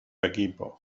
equipos